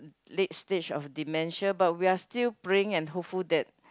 late stage of dementia but we are still praying and hopeful that